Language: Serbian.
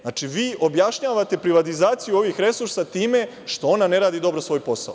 Znači, vi objašnjavate privatizaciju ovih resursa time što ona ne radi svoj posao.